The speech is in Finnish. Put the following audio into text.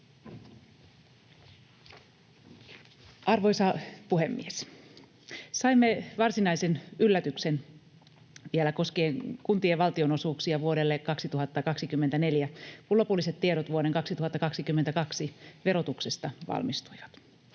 Arvoisa puhemies! Saimme varsinaisen yllätyksen vielä koskien kuntien valtionosuuksia vuodelle 2024, kun lopulliset tiedot vuoden 2022 verotuksesta valmistuivat.